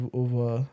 over